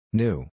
new